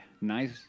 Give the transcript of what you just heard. nice